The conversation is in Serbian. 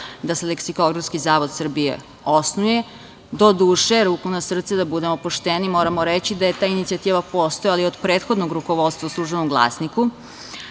da se leksikografski zavod Srbije osnuje, doduše, ruku na srce, da budemo pošteni, moramo reći da je ta inicijativa postojala, ali od prethodnog rukovodstva u „Službenom glasniku“,